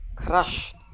crushed